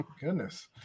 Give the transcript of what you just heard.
goodness